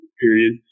period